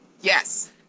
Yes